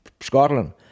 Scotland